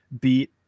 beat